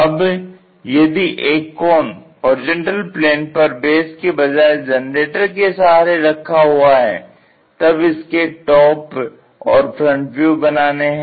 अब यदि एक कोन होरिजेंटल प्लेन पर बेस की बजाय जनरेटर के सहारे रखा हुआ है तब इसके टॉप और फ्रंट व्यू बनाने हैं